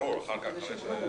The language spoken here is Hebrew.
ברור, אחר כך צריך לדון על זה.